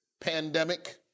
pandemic